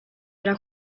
era